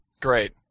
Great